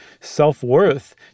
self-worth